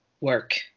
work